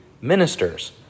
ministers